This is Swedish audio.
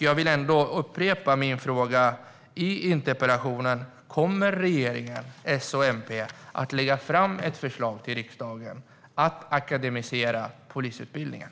Jag vill upprepa min fråga i interpellationen: Kommer regeringen, S och MP, att lägga fram ett förslag till riksdagen om att akademisera polisutbildningen?